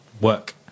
work